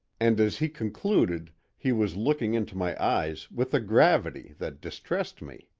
and as he concluded he was looking into my eyes with a gravity that distressed me.